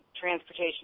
transportation